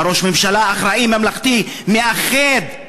אתה ראש ממשלה אחראי, ממלכתי, מאחד,